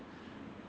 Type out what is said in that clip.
哦